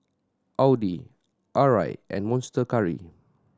Audi Arai and Monster Curry